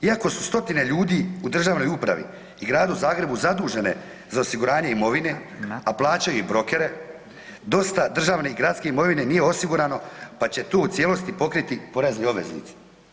Iako su stotine ljudi u državnoj upravi i gradu Zagrebu zadužene za osiguranje imovine, a plaćaju brokere, dosta državne gradske imovine nije osigurano pa će tu u cijelosti pokriti porezni obveznici.